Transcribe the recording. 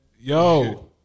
yo